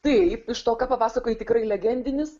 taip iš to ką papasakojai tikrai legendinis